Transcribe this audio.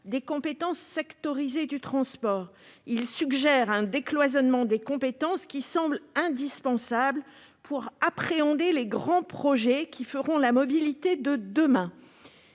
des compétences sectorisées du transport et suggère un décloisonnement des compétences, ce qui semble indispensable pour appréhender les grands projets qui feront la mobilité de demain.